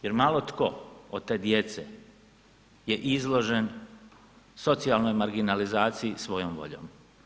Jer malo tko od te djece je izložen socijalnoj marginalizaciji svojom voljom.